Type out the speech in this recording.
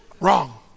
Wrong